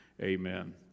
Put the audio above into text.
Amen